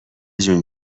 جون